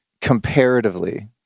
comparatively